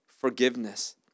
forgiveness